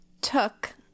took